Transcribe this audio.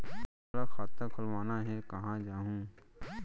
मोला खाता खोलवाना हे, कहाँ जाहूँ?